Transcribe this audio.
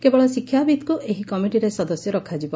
କେବଳ ଶିକ୍ଷାବିତ୍ଙ୍ଙ୍କୁ ଏହି କମିଟିରେ ସଦସ୍ୟ ରଖାଯିବ